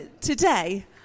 today